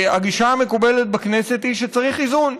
הגישה המקובלת בכנסת היא שצריך איזון.